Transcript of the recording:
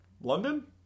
London